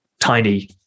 tiny